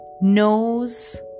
knows